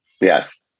Yes